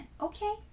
Okay